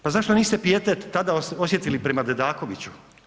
Pa zašto niste pijetet tada osjetili prema Dedakoviću?